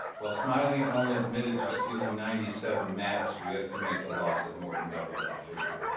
while smiley only admitted to stealing ninety seven maps, we estimate the loss at more than double that figure.